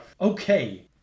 okay